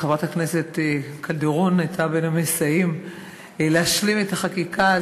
חברת הכנסת קלדרון הייתה בין המסייעים להשלים את החקיקה,